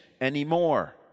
anymore